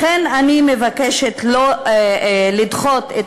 לכן, אני מבקשת לדחות את